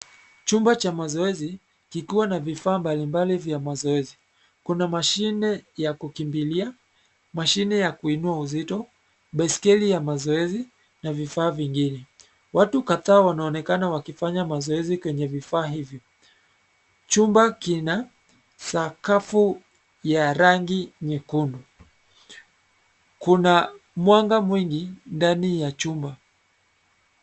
Chumba cha mazoezi kikiwa na vifaa mbalimbali vya mazoezi. Kuna mashini ya kukimbilia, mashini ya kuinua uzito, baiskeli ya mazoezi na vifaa vingine. Watu kadhaa wanaonekana wakifanya mazoezi kwenye vifaa hivi. Chumba kina sakafu ya rangi nyekundu. Kuna mwanga mwingi ndani ya chumba.